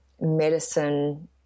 medicine